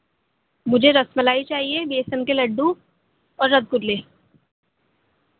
مجھے رس ملائی چاہیے بیسن کے لڈو اور رس گلے